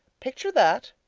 picture that,